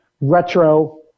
retro